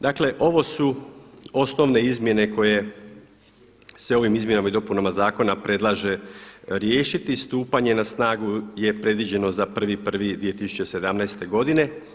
Dakle ovo su osnovne izmjene koje se ovim izmjenama i dopunama zakona predlaže riješiti, stupanje na snagu je predviđeno za 1.1.2017. godine.